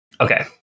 okay